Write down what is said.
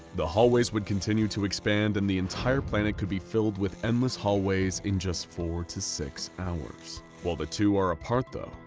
the hallways would continue to expand and the entire planet could be filled with endless hallways in just four to six hours. while the two are apart though,